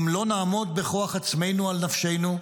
אם לא נעמוד בכוח עצמנו על נפשנו,